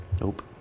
Nope